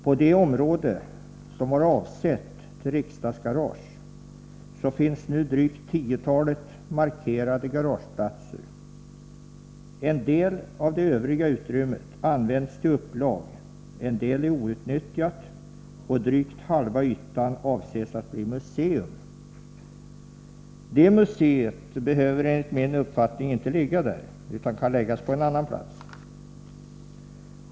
På det område som var reserverat till riksdagsgarage finns nu drygt tiotalet markerade garageplatser. En del av det övriga utrymmet används till upplag, en del är outnyttjat och drygt halva ytan avses bli museum. Det museet behöver enligt min uppfattning inte ligga där, utan kan läggas på annan plats.